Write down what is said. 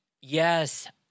Yes